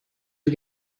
you